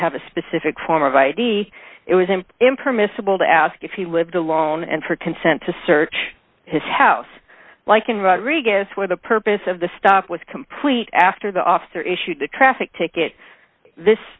have a specific form of id it was an impermissible to ask if he lived alone and for consent to search his house like an rodriguez for the purpose of the stop was complete after the officer issued the traffic ticket this